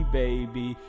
baby